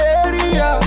area